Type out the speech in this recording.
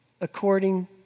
according